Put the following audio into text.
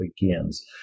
begins